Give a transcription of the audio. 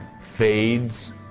fades